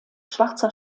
schwarzer